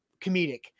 comedic